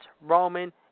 Roman